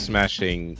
Smashing